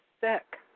sick